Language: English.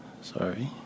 Sorry